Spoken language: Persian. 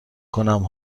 کنم